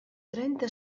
trenta